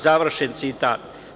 Završen citat.